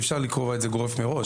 אי אפשר לקרוא את זה גורף מראש.